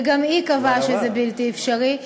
וגם היא קבעה שזה בלתי אפשרי.